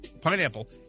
pineapple